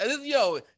yo